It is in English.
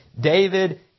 David